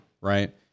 right